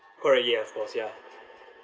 correct ya of course ya